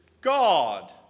God